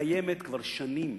קיימת כבר שנים.